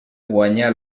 guanyà